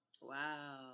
Wow